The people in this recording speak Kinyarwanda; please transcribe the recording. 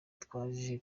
twaje